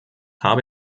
habe